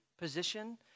position